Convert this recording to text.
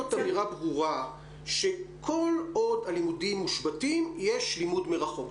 אמירה ברורה שכל עוד הלימודים מושבתים יש לימוד מרחוק,